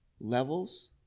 levels